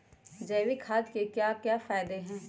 जैविक खाद के क्या क्या फायदे हैं?